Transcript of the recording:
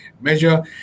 measure